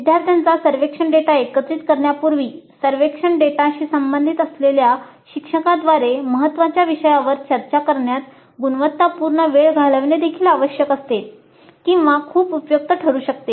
विद्यार्थ्यांचा सर्वेक्षण डेटा एकत्रित करण्यापूर्वी सर्व्हेक्षण डेटाशी संबंधित असलेल्या शिक्षकाद्वारे महत्त्वाच्या विषयावर चर्चा करण्यात गुणवत्तापूर्ण वेळ घालवणे देखील आवश्यक असते किंवा खूप उपयुक्त ठरू शकते